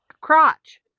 crotch